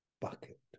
bucket